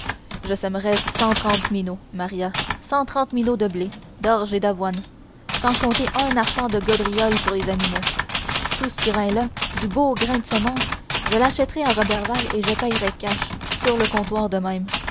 je sèmerai cent trente minots maria cent trente minots de blé d'orge et d'avoine sans compter un arpent de gaudriole pour les animaux tout ce grain là du beau grain de semence je l'achèterai à roberval et je payerai cash sur le comptoir de même